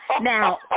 Now